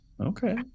Okay